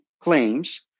claims